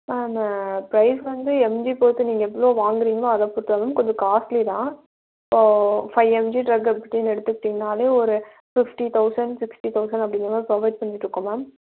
ma'am price வந்து MG பொறுத்து நீங்கள் எவ்வளோ வாங்குகிறீங்களோ அதை பொறுத்துதான் கொஞ்சம் காஸ்ட்லி தான் ஸோ ஃபைவ் எம்ஜி ட்ரக் அப்படின்னு எடுத்துக்கிட்டீங்கன்னாலே ஒரு ஃபிஃப்ட்டி தௌசண்ட் சிக்ஸ்ட்டி தௌசண்ட் அப்படிங்குற மாதிரி புரொவைட் பண்ணிட்டுருக்கோம் மேம்